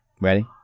Ready